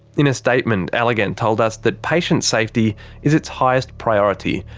in a statement, allergan told us that patient safety is its highest priority,